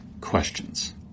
questions